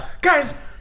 guys